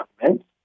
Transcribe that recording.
government